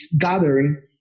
gathering